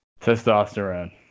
Testosterone